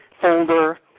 folder